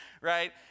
right